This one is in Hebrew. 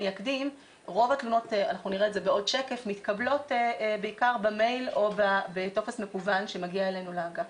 רוב התלונות מתקבלות בעיקר במייל או בטופס מקוון שמגיע אלינו לאגף.